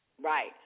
Right